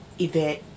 event